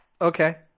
Okay